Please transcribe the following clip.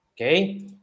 okay